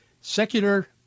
secular